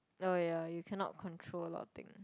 oh ya you cannot control a lot of thing